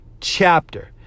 chapter